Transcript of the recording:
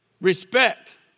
Respect